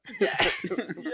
yes